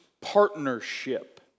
partnership